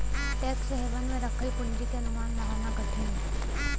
tax haven में रखल पूंजी क अनुमान लगाना कठिन हौ